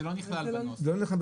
זה לא נכלל בנוסח.